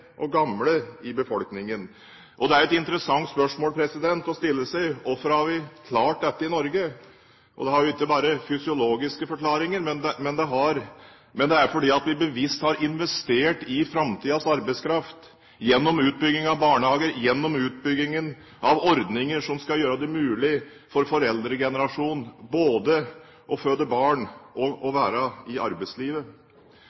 og gamle i befolkningen. Det er et interessant spørsmål å stille seg: Hvorfor har vi klart dette i Norge? Da har vi ikke bare fysiologiske forklaringer, men det er fordi vi bevisst har investert i framtidas arbeidskraft, gjennom utbygging av barnehager, gjennom utbyggingen av ordninger som skal gjøre det mulig for foreldregenerasjonen både å føde barn og